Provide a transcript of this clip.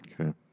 Okay